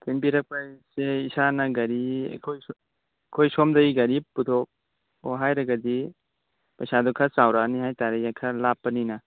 ꯊꯤꯟꯕꯤꯔꯛꯄꯁꯦ ꯏꯁꯥꯅ ꯒꯥꯔꯤ ꯑꯩꯈꯣꯏꯁꯨ ꯑꯩꯈꯣꯏ ꯁꯣꯝꯗꯒꯤ ꯒꯥꯔꯤ ꯄꯨꯊꯣꯛꯑꯣ ꯍꯥꯏꯔꯒꯗꯤ ꯄꯩꯁꯥꯗꯣ ꯈꯔ ꯆꯥꯎꯔꯛꯂꯅꯤ ꯍꯥꯏꯇꯔꯦ ꯈꯔ ꯂꯥꯞꯄꯅꯤꯅ